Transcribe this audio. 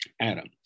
ADAM